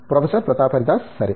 professor Pratap Haridas సరే